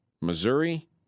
Missouri